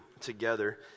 together